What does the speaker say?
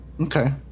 okay